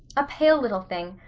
a pale little thing,